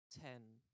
ten